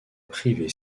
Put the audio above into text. privée